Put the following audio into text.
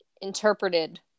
interpreted